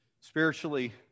spiritually